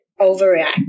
overreact